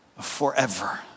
forever